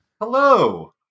Hello